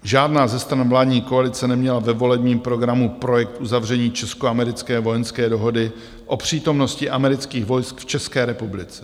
Žádná ze stran vládní koalice neměla ve volebním programu projekt uzavření českoamerické vojenské dohody o přítomnosti amerických vojsk v České republice.